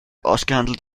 ausgehandelt